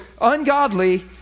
ungodly